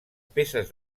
peces